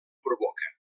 provoca